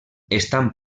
estan